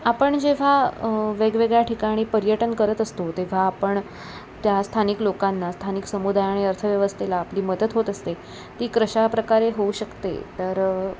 आपण जेव्हा वेगवेगळ्या ठिकाणी पर्यटन करत असतो तेव्हा आपण त्या स्थानिक लोकांना स्थानिक समुदायाने अर्थव्यवस्थेला आपली मदत होत असते ती कशा प्रकारे होऊ शकते तर